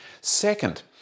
Second